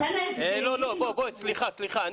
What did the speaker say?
לכן --- סליחה,